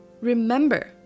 Remember